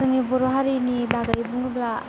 जोंनि बर' हारिनि बागै बुङोब्ला